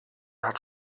hat